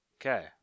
okay